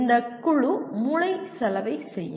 இந்த குழு மூளைச்சலவை செய்யும்